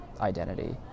identity